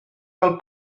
del